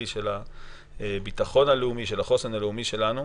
של הביטחון הלאומי והחוסן הלאומי שלנו.